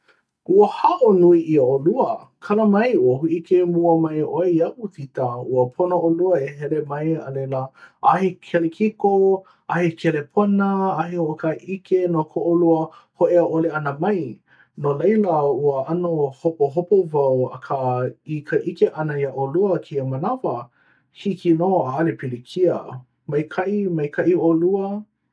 ua haʻo nui ʻia ʻolua kala mai, ua hōʻike mua mai ʻoe iaʻu, tita, ua pono ʻolua e hele mai a laila ʻaʻahe kelekiko, ʻaʻahe kelepona ʻaʻahe hoʻokaʻaʻike no ko ʻolua hōʻea ʻole ʻana mai no laila ua ʻano hopohopo wau akā i ka ʻike ʻana iā ʻolua kēia manawa, hiki nō ʻaʻale pilikia maikaʻi, maikaʻi ʻolua?